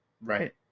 Right